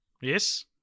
yes